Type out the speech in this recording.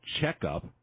checkup